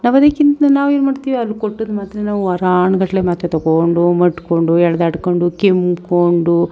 ನಾವು ಅದಕ್ಕಿಂತ ನಾವೇನು ಮಾಡ್ತೀವಿ ಅಲ್ಲಿ ಕೊಟ್ಟಿರೋ ಮಾತ್ರೆಯ ವಾರಾನುಗಟ್ಲೇ ಮಾತ್ರೆ ತೊಗೊಂಡು ಮಟ್ಕೊಂಡು ಎಳೆದಾಡ್ಕೊಂಡು ಕೆಮ್ಕೊಂಡು